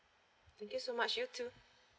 thank you so much you too